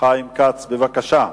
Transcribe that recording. חיים כץ, בבקשה.